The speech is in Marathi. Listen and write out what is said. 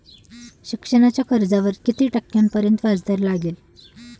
शिक्षणाच्या कर्जावर किती टक्क्यांपर्यंत व्याजदर लागेल?